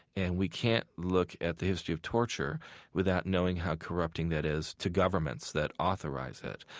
and we can't look at the history of torture without knowing how corrupting that is to governments that authorize it.